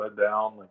down